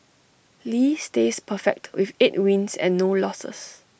lee stays perfect with eight wins and no losses